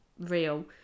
real